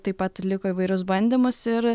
taip pat atliko įvairius bandymus ir